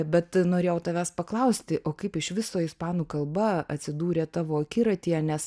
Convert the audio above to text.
bet norėjau tavęs paklausti o kaip iš viso ispanų kalba atsidūrė tavo akiratyje nes